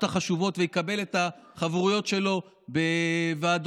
החשובות ויקבל את החברויות שלו בוועדות